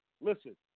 listen